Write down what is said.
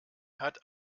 hat